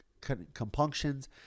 compunctions